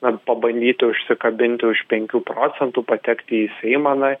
bent pabandyti užsikabinti už penkių procentų patekti į seimą na